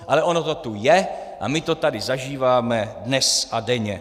Ale ono to tu je a my to tady zažíváme dnes a denně.